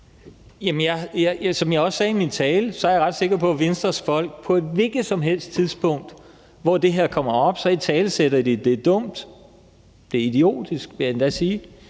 Som jeg også sagde i min tale, er jeg ret sikker på, at Venstres folk på et hvilket som helst tidspunkt, hvor det her kommer op, italesætter, at det er dumt. Det er idiotisk, vil jeg endda sige,